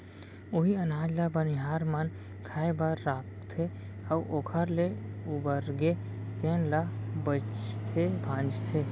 उहीं अनाज ल बनिहार मन खाए बर राखथे अउ ओखर ले उबरगे तेन ल बेचथे भांजथे